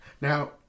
Now